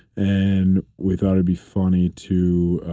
and we thought it'd be funny to